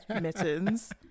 mittens